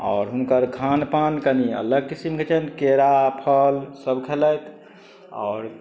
आओर हुनकर खान पान कनी अलग किसिमके छनि केरा फल सब खयलथि आओर